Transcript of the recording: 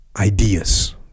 ideas